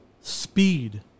speed